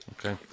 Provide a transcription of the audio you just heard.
Okay